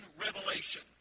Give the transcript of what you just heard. revelation